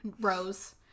Rose